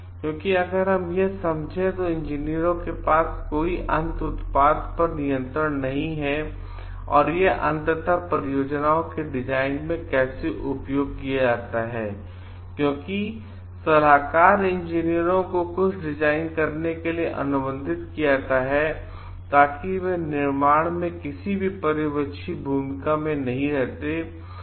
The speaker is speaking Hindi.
क्योंकि अगर हम यहां समझें तो इंजीनियरों के पास कोई अंत उत्पाद पर नियंत्रण नहीं है और यह अंततः परियोजनाओं के डिजाइन में कैसे उपयोग किया जाता है क्योंकि सलाहकार इंजीनियरों को कुछ डिजाइन करने के लिए अनुबंधित किया जाता है लेकिन वे निर्माण में किसी भी पर्यवेक्षी भूमिका में नहीं रहते हैं